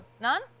None